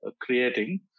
creating